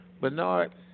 Bernard